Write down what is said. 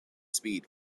speed